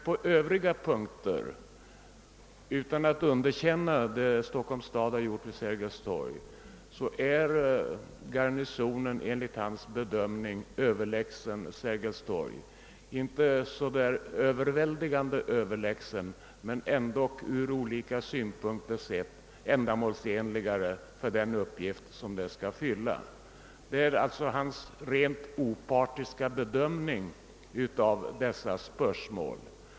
På övriga punkter är emellertid — utan att detta innebär ett underkännande av Stockholms stads projekt vid Sergels torg — den föreslagna byggnaden i kvarteret Garnisonen enligt professor Silows bedömning överlägsen Sergels torgalternativet. Dess överlägsenhet är visserligen inte överväldigande, men byggnaden är ändå från olika synpunkter ändamålsenligare för den uppgift som den skall fylla. Det är alltså hans rent opartiska bedömning av dessa spörsmål.